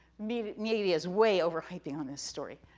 media media is way overhyping on this story,